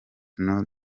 know